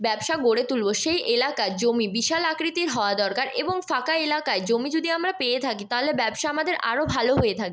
ব্যবসা গড়ে তুলব সেই এলাকার জমি বিশাল আকৃতির হওয়া দরকার এবং ফাঁকা এলাকায় জমি যদি আমরা পেয়ে থাকি তাহলে ব্যবসা আমাদের আরো ভালো হয়ে থাকবে